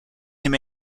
him